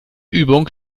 übung